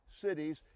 cities